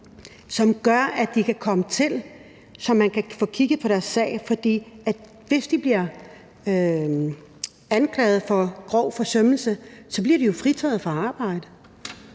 som de kan komme til, så man kan få kigget på deres sag. For hvis de bliver anklaget for grov forsømmelse, bliver de jo fritaget fra arbejde,